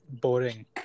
boring